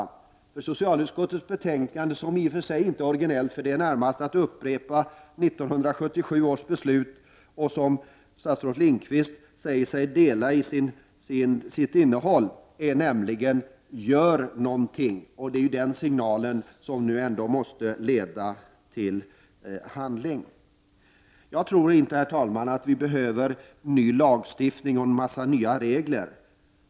Budskapet i socialutskottets betänkande, som i och för sig inte är originellt — det är närmast en upprepning av 1987 års beslut, vars innehåll statsrådet Lindqvist säger sig dela — är nämligen: Gör någonting! Det är den signalen som nu måste leda till handling. Herr talman! Jag tror inte att vi behöver ny lagstiftning och en massa nya regler.